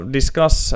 discuss